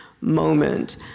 moment